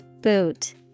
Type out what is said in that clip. Boot